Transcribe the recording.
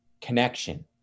connection